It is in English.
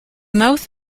mouth